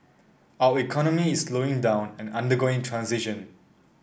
our economy is slowing down and undergoing transition